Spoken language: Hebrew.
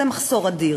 זה מחסור אדיר.